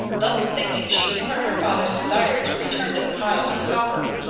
thus thinking, she humored her father's desire to return to the piles of copper,